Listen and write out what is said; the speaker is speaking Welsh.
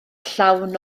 llawn